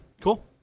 Cool